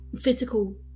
physical